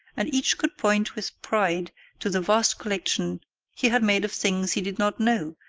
and each could point with pride to the vast collection he had made of things he did not know,